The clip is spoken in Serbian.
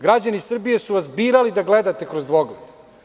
Građani Srbije su vas birali da gledate kroz dvogled.